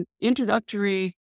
introductory